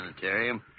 sanitarium